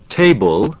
table